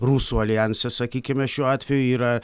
rusų aljanse sakykime šiuo atveju yra